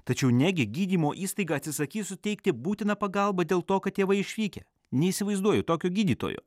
tačiau negi gydymo įstaiga atsisakys suteikti būtiną pagalbą dėl to kad tėvai išvykę neįsivaizduoju tokio gydytojo